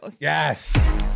yes